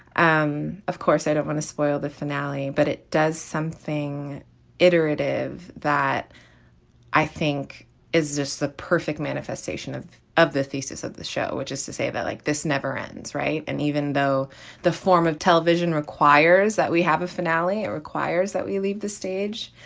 um of course, i don't want to spoil the finale. but it does something iterative that i think is just the perfect manifestation of of the thesis of the show, which is to say, i like this never ends. right. and even though the form of television requires that we have a finale, it requires that we leave the stage.